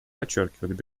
подчеркивает